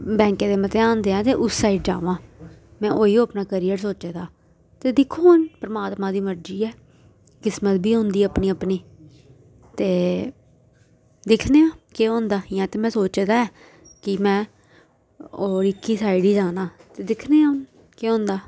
बैंके दे मतेहान देआं ते उस साइड जामां मै ओ ई यो अपना कैरियर सोचे दा ते दिक्खो हून परमात्मा दी मर्जी ऐ किस्मत बी होंदी अपनी अपनी ते दिक्खने आं केह् होंदा इयां ते मै सोचे दा ऐ कि मै ओह् इक्की साइड जाना ते दिक्खने आं हून केह् होंदा